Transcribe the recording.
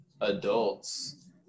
adults